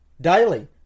daily